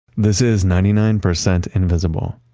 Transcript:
this is ninety nine percent invisible.